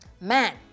man